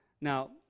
now